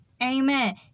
amen